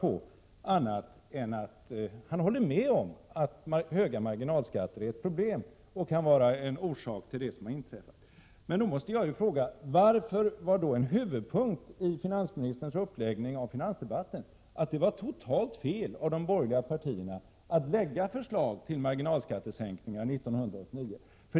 Han håller emellertid med om att höga marginalskatter kan vara ett problem och en orsak till det som har inträffat. Men då måste jag fråga: Varför var en huvudpunkt i finansministerns uppläggning av finansdebatten att det var totalt felaktigt av de borgerliga partierna att lägga fram förslag om marginalskattesänkningar 1989?